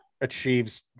achieves